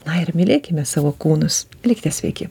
na ir mylėkime savo kūnus likite sveiki